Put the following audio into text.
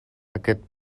aquest